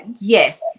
Yes